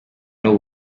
n’u